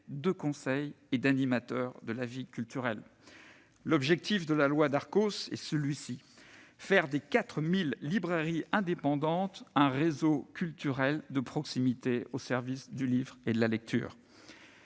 de conseil et d'animateur de la vie culturelle. » L'objectif de la loi Darcos est celui-ci : faire des 4 000 librairies indépendantes un réseau culturel de proximité au service du livre et de la lecture.